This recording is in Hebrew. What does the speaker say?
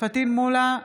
פטין מולא,